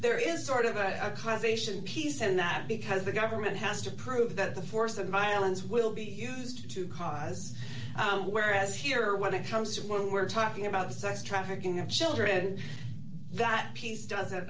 there is sort of i because ation peace and that because the government has to prove that the force of violence will be used to cause whereas here when it comes to when we're talking about the sex trafficking of children that piece doesn't